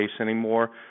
anymore